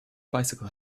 bicycle